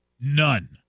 none